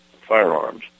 firearms